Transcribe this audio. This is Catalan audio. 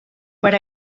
per